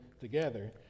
together